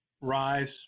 rise